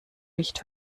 nicht